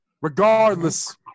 regardless